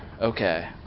Okay